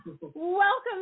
welcome